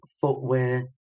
footwear